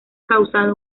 causado